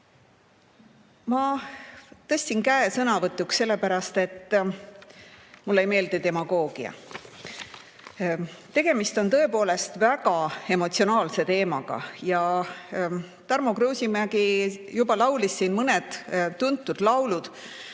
Ma tõstsin käe sõnavõtuks sellepärast, et mulle ei meeldi demagoogia. Tegemist on tõepoolest väga emotsionaalse teemaga. Tarmo Kruusimägi juba laulis siin mõned tuntud laulud.